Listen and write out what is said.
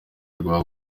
rwa